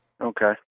Okay